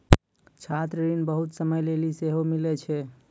छात्र ऋण बहुते समय लेली सेहो मिलै छै